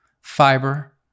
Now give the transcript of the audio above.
Fiber